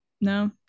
No